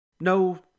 no